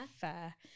Fair